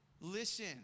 Listen